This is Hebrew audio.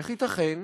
איך ייתכן?